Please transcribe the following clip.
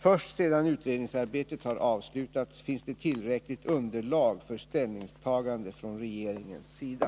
Först sedan utredningsarbetet har avslutats finns det tillräckligt underlag för ställningstagande från regeringens sida.